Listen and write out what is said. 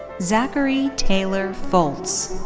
zachary taylor foltz.